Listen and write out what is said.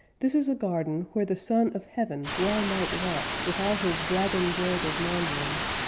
this is a garden where the son of heaven well might walk, with all his dragon-broidered mandarins,